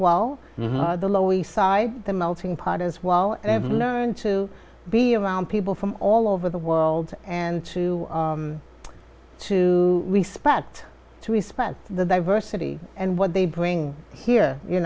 well the lower east side the melting pot as well and have learned to be around people from all over the world and to to respect to respect the diversity and what they bring here you